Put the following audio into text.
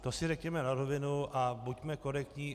To si řekněme na rovinu a buďme korektní.